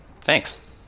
Thanks